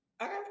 Okay